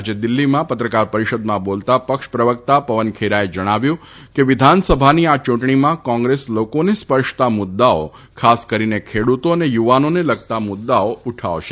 આજે દિલ્હીમાં પત્રકાર પરિષદમાં બાલતાં પક્ષપ્રવકતા પવન ખેરાએ જણાવ્યું હતું કે વિધાનસભાની આ ચૂંટણીમાં કોંગ્રેસ લાકાને સ્પર્શતા મુદ્દાઓ ખાસ કરીને ખેડૂત અને યુવાનાને લગતા મુદ્દાઓ ઉઠાવશે